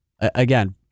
again